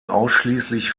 ausschließlich